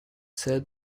said